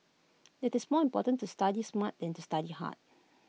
IT is more important to study smart than to study hard